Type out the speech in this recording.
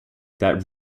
that